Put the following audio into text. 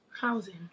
Housing